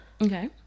Okay